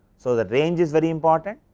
so, the range is very important,